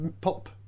pop